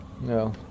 No